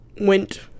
went